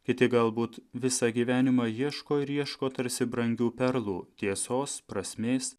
kiti galbūt visą gyvenimą ieško ir ieško tarsi brangių perlų tiesos prasmės